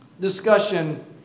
discussion